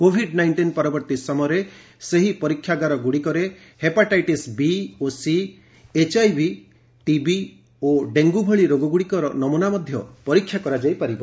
Covid nineteen ପରବର୍ତ୍ତୀ ସମୟରେ ସେହି ପରୀକ୍ଷାଗାର ଗୁଡ଼ିକରେ ହେପାଟାଇଟିସ୍ 'ବି' ଓ 'ସି' ଏଚ୍ଆଇଭି ଟିବି ଓ ଡେଙ୍ଗୁ ଭଳି ରୋଗଗୁଡ଼ିକର ନମୁନା ମଧ୍ୟ ପରୀକ୍ଷା କରାଯାଇ ପାରିବ